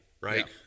right